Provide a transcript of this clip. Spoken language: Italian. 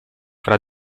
fra